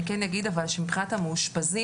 אני כן אגיד שמבחינת המאושפזים,